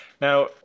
Now